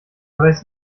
weiß